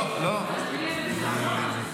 לא, לא.